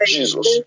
Jesus